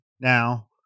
now